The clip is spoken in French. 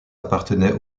appartenait